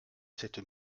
cette